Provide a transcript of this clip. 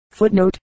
Footnote